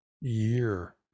year